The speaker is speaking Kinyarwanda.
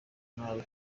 nabi